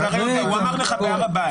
הוא אמר לך בהר הבית.